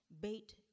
bait